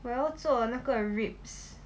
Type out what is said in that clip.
我要做那个 ribs